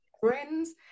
friends